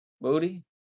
booty